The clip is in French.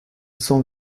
sang